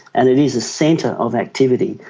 and it is a centre of activity,